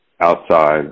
outside